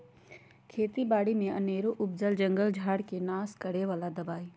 खेत बारि में अनेरो उपजल जंगल झार् के नाश करए बला दबाइ